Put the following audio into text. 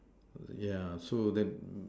yeah so then